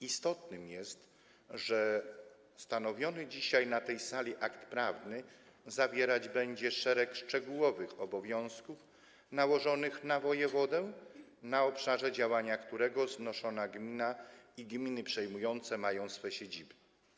Istotne jest, że stanowiony dzisiaj na tej sali akt prawny zawierać będzie szereg szczegółowych obowiązków nałożonych na wojewodę, na obszarze działania którego znoszona gmina i gminy przejmujące mają swe siedziby.